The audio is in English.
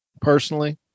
personally